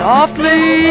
Softly